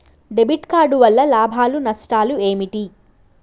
Debit card వల్ల లాభాలు నష్టాలు ఏమిటి?